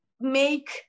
make